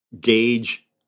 gauge